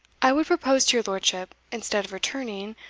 i would propose to your lordship, instead of returning,